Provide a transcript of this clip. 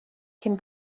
cyn